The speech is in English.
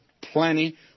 plenty